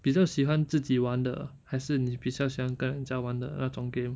比较喜欢自己玩的还是你比较喜欢跟人家玩的那种 game